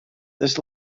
this